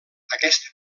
aquesta